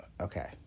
Okay